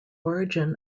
origin